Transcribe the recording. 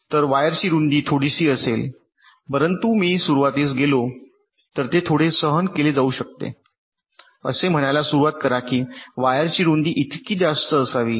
तर वायरची रुंदी थोडीशी असेल परंतु मी सुरुवातीस गेलो तर ते थोडे सहन केले जाऊ शकते असे म्हणायला सुरूवात करा की वायरची रुंदी इतकी जास्त असावी